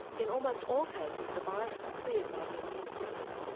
in almost all cases the virus is cleared by the immune system.